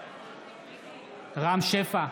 רם שפע,